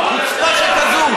חוצפה שכזאת.